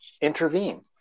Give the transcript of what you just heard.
intervene